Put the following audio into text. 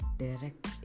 direct